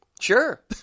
Sure